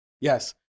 Yes